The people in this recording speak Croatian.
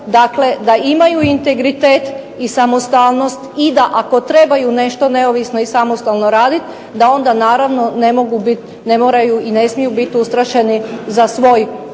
dakle da imaju integritet i samostalnost i da ako trebaju nešto neovisno i samostalno raditi da onda naravno ne mogu biti, ne moraju i ne smiju biti ustrašeni za svoj